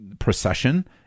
procession